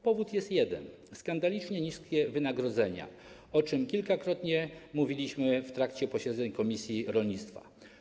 Powód jest jeden: skandalicznie niskie wynagrodzenia, o czym kilkakrotnie mówiliśmy w trakcie posiedzeń komisji rolnictwa.